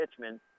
Hitchman